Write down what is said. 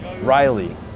Riley